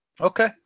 Okay